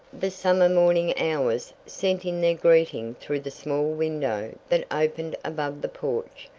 the summer morning hours sent in their greeting through the small window that opened above the porch.